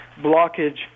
blockage